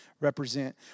represent